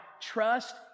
trust